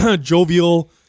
jovial